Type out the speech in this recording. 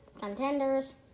contenders